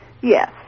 Yes